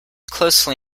closely